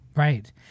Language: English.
Right